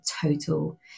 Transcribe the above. total